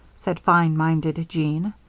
said fine-minded jean.